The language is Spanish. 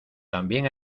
también